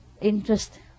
interest